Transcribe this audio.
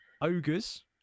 ogres